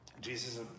Jesus